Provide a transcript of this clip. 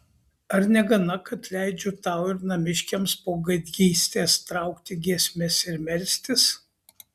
ar negana kad leidžiu tau ir namiškiams po gaidgystės traukti giesmes ir melstis